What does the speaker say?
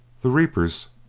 the reapers,